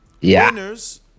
winners